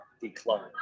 decline